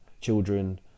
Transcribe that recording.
Children